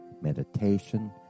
meditation